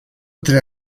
tre